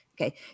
okay